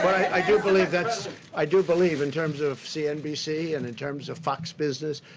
i do believe that's i do believe in terms of cnbc and in terms of fox business,